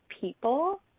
people